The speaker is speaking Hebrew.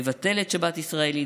מבטל את שבת ישראלית,